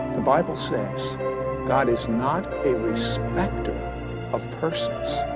the bible says god is not a respecter of persons.